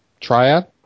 Triad